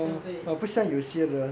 对不对